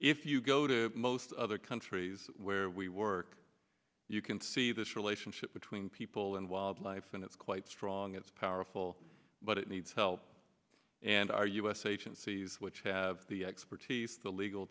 if you go to most other countries where we work you can see this relationship between people and wildlife and it's quite strong it's powerful but it needs help and our u s agencies which have the expertise the legal